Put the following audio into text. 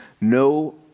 no